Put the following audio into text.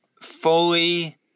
fully